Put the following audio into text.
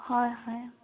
হয় হয়